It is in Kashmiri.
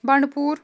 بنڈٕپوٗر